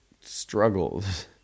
struggles